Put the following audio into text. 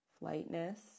Lightness